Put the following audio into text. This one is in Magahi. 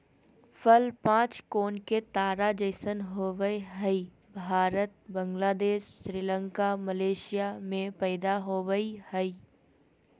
फल पांच कोण के तारा जैसन होवय हई भारत, बांग्लादेश, श्रीलंका, मलेशिया में पैदा होवई हई